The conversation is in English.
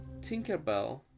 Tinkerbell